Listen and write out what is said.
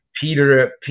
Peter